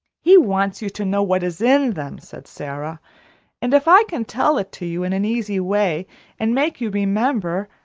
he wants you to know what is in them, said sara and if i can tell it to you in an easy way and make you remember,